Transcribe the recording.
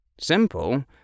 Simple